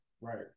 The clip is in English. Right